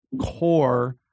core